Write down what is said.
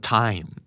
time